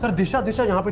ah disha. disha. and but